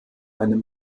einem